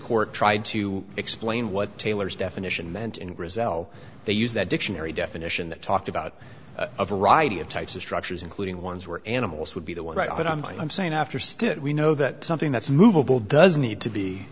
court tried to explain what taylor's definition meant in brazil they use that dictionary definition that talked about a variety of types of structures including ones where animals would be the what i'm going i'm saying after state we know that something that's movable does need to be